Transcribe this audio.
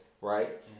right